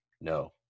No